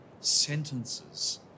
sentences